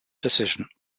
decision